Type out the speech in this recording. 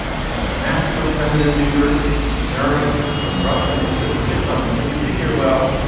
you've got masculine, feminine neuter in german or in russian. it's just a bit much. and so you figure, well,